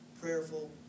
prayerful